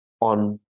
on